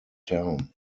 town